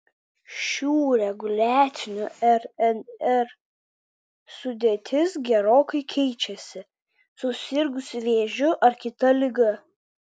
šių reguliacinių rnr sudėtis gerokai keičiasi susirgus vėžiu ar kita liga